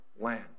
land